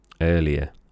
earlier